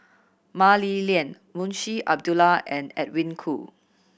Mah Li Lian Munshi Abdullah and Edwin Koo